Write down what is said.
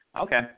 Okay